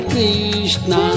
Krishna